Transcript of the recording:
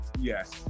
Yes